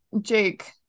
Jake